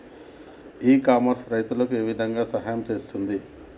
ఇ commerce రైతులకు ఏ విధంగా సహాయం చేస్తుంది?